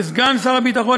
כסגן שר הביטחון,